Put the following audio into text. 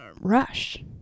rush